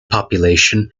population